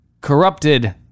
corrupted